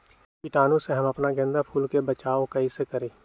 कीटाणु से हम अपना गेंदा फूल के बचाओ कई से करी?